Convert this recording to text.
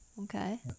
okay